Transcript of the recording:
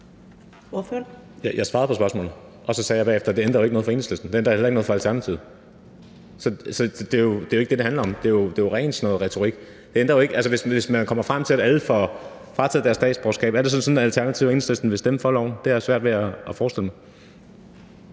Jeg svarede på spørgsmålet. Og så sagde jeg bagefter, at det jo ikke ændrer noget for Enhedslisten. Og det ændrer heller ikke noget for Alternativet. Det er jo ikke det, det handler om. Det er jo ren retorik. Altså, hvis man kommer frem til, at alle får frataget deres statsborgerskab, er det så sådan, at Alternativet og Enhedslisten vil stemme for lovforslaget? Det har jeg svært ved at forestille mig.